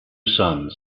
sons